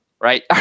right